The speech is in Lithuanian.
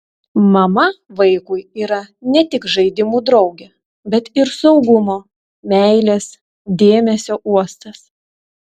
mama vaikui yra ne tik žaidimų draugė bet ir saugumo meilės dėmesio uostas